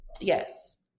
Yes